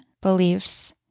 beliefs